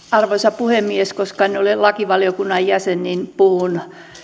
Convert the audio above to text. arvoisa puhemies koska en ole lakivaliokunnan jäsen niin puhun